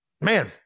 Man